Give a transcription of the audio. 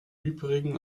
übrigen